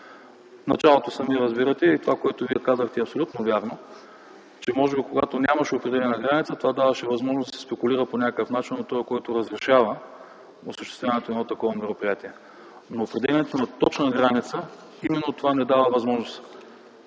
началото, сами разбирате, и това, което Вие казахте, е абсолютно вярно, че може би, когато нямаше определена граница, това даваше възможност да се спекулира по някакъв начин от този, който разрешава осъществяването на едно такова мероприятие. Определянето на точна граница ни дава възможност